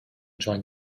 join